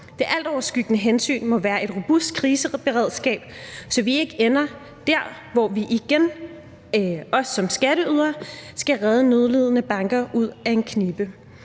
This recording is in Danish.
Det altoverskyggende hensyn må være et robust kriseberedskab, så vi ikke ender der, hvor vi, os som skatteydere, igen skal redde nødlidende banker ud af en knibe.